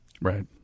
Right